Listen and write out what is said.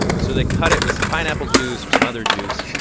so they cut it with some pineapple juice or some other juice,